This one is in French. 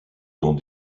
dans